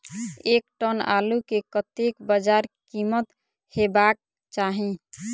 एक टन आलु केँ कतेक बजार कीमत हेबाक चाहि?